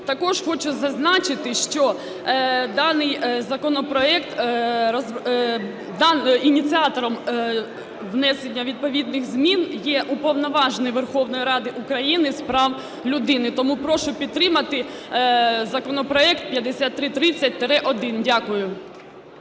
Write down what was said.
Також хочу зазначити, що даний законопроект, ініціатором внесення відповідних змін є Уповноважений Верховної Ради України з прав людини. Тому прошу підтримати законопроект 5330-1. Дякую.